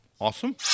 Awesome